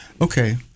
Okay